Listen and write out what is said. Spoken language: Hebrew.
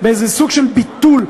באיזה סוג של ביטול,